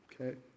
Okay